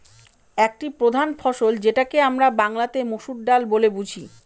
একটি প্রধান ফসল যেটাকে আমরা বাংলাতে মসুর ডাল বলে বুঝি